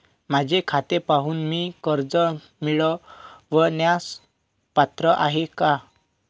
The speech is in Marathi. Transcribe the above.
माझे खाते पाहून मी कर्ज मिळवण्यास पात्र आहे काय?